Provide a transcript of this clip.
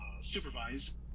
supervised